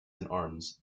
arms